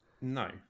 No